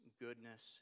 goodness